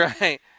right